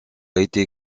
été